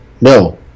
No